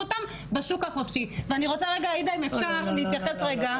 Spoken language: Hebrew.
אותם בשוק החופשי ואני רוצה להתייחס רגע,